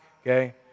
Okay